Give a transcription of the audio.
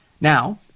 Now